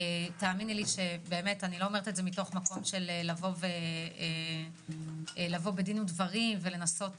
תאמיני לי שאני לא אומרת את זה ממקום של לבוא בדין ודברים ולנסות